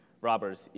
robbers